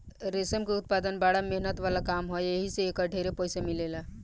रेशम के उत्पदान बड़ा मेहनत वाला काम ह एही से एकर ढेरे पईसा मिलेला